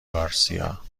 گارسیا